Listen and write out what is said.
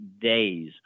days